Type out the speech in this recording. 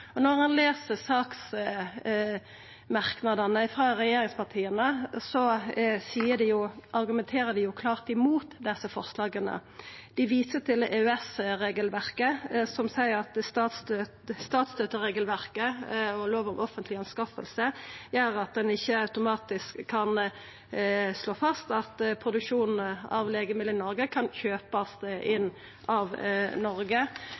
opp. Når ein les merknadene i saka frå regjeringspartia, argumenterer dei klart mot desse forslaga. Dei viser til EØS-regelverket, som seier at statsstøtteregelverket og lov om offentlige anskaffelser gjer at ein ikkje automatisk kan slå fast at legemiddel produsert i Noreg kan kjøpast inn av Noreg.